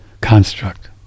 construct